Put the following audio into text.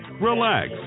relax